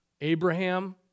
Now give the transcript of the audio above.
Abraham